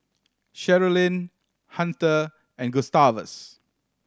Sherilyn Hunter and Gustavus